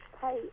Hi